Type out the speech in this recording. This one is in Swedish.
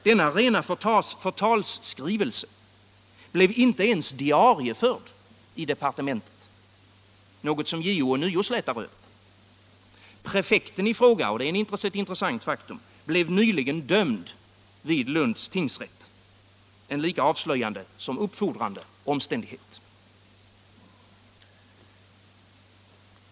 Denna rena förtalsskrivelse blev inte ens diarieförd i departementet, något som JO ånyo slätar över. Prefekten i fråga — och det är ett intressant faktum — blev nyligen dömd vid Lunds tingsrätt — en lika avslöjande som uppfordrande omständighet.